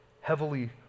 heavily